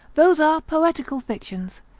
those are poetical fictions,